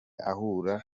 ahura